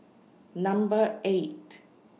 Number eight